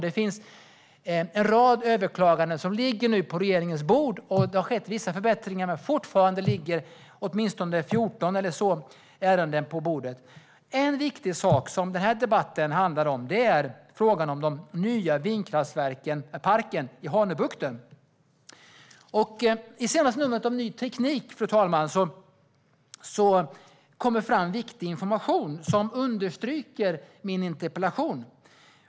Det finns en rad överklaganden som nu ligger på regeringens bord. Det har skett vissa förbättringar, men fortfarande ligger åtminstone 14 eller så ärenden på bordet. En viktig sak är frågan om den nya vindkraftsparken i Hanöbukten. Det är denna fråga den här debatten handlar om. I det senaste numret av Ny Teknik, fru talman, kommer det fram viktig information som understryker min interpellation.